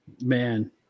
Man